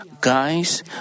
Guys